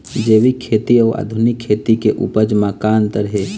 जैविक खेती अउ आधुनिक खेती के उपज म का अंतर हे?